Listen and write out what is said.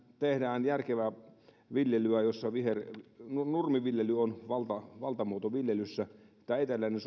tehdään järkevää viljelyä ja nurmiviljely on valtamuoto viljelyssä tämä eteläinen